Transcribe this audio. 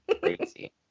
Crazy